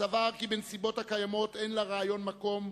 סבר כי בנסיבות הקיימות אין לרעיון מקום,